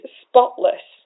spotless